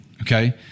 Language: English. Okay